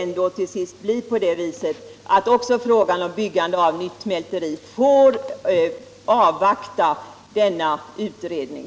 Frågan om byggande av ett nytt mälteri borde därför vila i avvaktan på denna utredning.